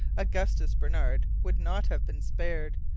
augustus barnard would not have been spared,